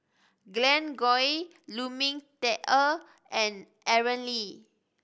Glen Goei Lu Ming Teh Earl and Aaron Lee